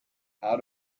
how